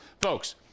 folks